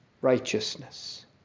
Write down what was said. righteousness